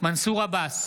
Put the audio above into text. מנסור עבאס,